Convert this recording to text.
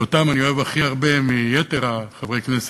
שאותם אני אוהב הכי הרבה מיתר חברי הכנסת,